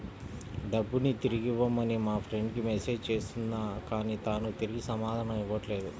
డబ్బుని తిరిగివ్వమని మా ఫ్రెండ్ కి మెసేజ్ చేస్తున్నా కానీ తాను తిరిగి సమాధానం ఇవ్వట్లేదు